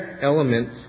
element